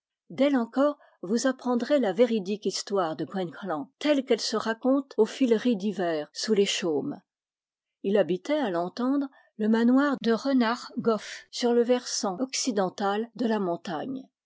d'elle encore vous apprendrez la véridique histoire de gwenc'hlan telle qu'elle ae raconte aux fileries d'hiver sous les chaumes u habitait à l'entendre le manoir de rûn argoff sur je versant occidental de la montagne